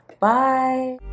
bye